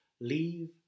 leave